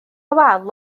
wal